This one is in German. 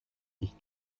ich